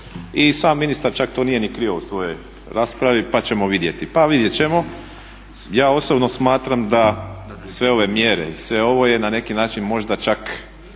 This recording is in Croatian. I sam ministar čak to nije ni krio u svojoj raspravi pa ćemo vidjeti. Pa vidjet ćemo. Ja osobno smatram da sve ove mjere i sve ovo je na neki način možda čak,